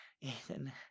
Ethan